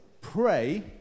pray